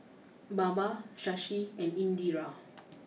Baba Shashi and Indira